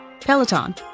Peloton